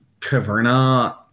Caverna